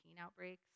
outbreaks